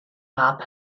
mab